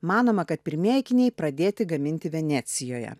manoma kad pirmieji akiniai pradėti gaminti venecijoje